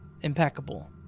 impeccable